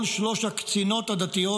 כל שלוש הקצינות הדתיות,